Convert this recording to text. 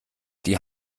die